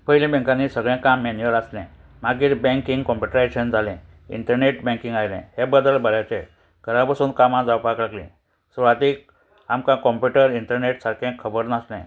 पयली बँकांनी सगळें काम मॅन्युअल आसलें मागीर बँकींग कॉप्युटरायजेशन जाले इंटरनेट बँकींग आयले हे बद्दल बऱ्याचे घरा बसून कामां जावपाक लागली सुरवातीक आमकां कंप्युटर इंटरनेट सारकें खबर नासलें